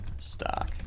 stock